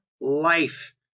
life